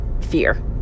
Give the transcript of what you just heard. fear